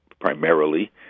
primarily